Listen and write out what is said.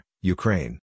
Ukraine